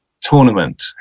tournament